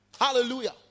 Hallelujah